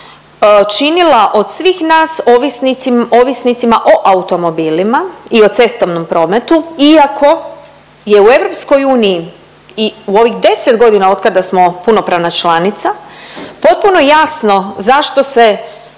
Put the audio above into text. činila od svih nas ovisni… ovisnicima o automobilima i o cestovnom prometu iako je u EU i u ovih 10 godina otkada smo punopravna članica potpuno jasno zašto se